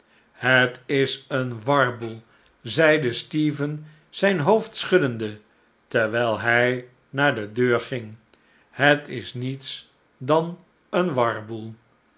het is een warboel zeide stephen zijn hoofd schuddende terwijl hij naar de deur ging het is niets dan een warboel